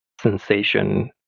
sensation